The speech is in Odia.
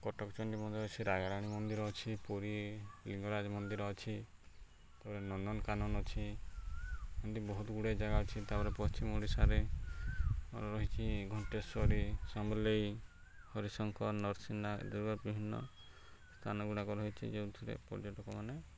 କଟକଚଣ୍ଡୀ ମନ୍ଦିର ଅଛି ରାଜାରାଣୀ ମନ୍ଦିର ଅଛି ପୁରୀ ଲିଙ୍ଗରାଜ ମନ୍ଦିର ଅଛି ତାପରେ ନନ୍ଦନକାନନ ଅଛି ଏମିତି ବହୁତ ଗୁଡ଼ିଏ ଜାଗା ଅଛି ତାପରେ ପଶ୍ଚିମ ଓଡ଼ିଶାରେ ରହିଛିି ଘଣ୍ଟେଶ୍ୱରୀ ସମ୍ବଲେଇ ହରିଶଙ୍କର ନର୍ସିନା ଏ ଦୁ ବିଭିନ୍ନ ସ୍ଥାନ ଗୁଡ଼ାକ ରହିଛି ଯେଉଁଥିରେ ପର୍ଯ୍ୟଟକ ମାନେ